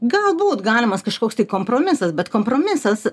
galbūt galimas kažkoks tai kompromisas bet kompromisas